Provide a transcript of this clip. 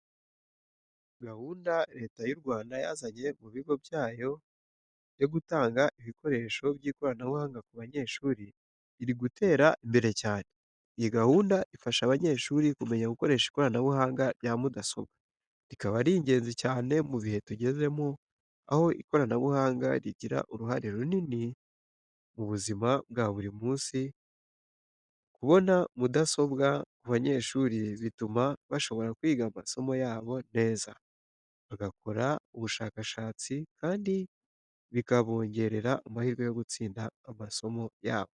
Gahunda Leta y’u Rwanda yazanye mu bigo byayo yo gutanga ibikoresho by’ikoranabuhanga ku banyeshuri, iri gutera imbere cyane. Iyi gahunda ifasha abanyeshuri kumenya gukoresha ikoranabuhanga rya mudasobwa, rikaba ingenzi cyane mu bihe tugezemo aho ikoranabuhanga rigira uruhare runini mu buzima bwa buri munsi. Kubona mudasobwa ku banyeshuri bituma bashobora kwiga amasomo yabo neza, bagakora ubushakashatsi, kandi bikabongerera amahirwe yo gutsinda amasomo yabo.